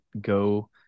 go